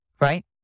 right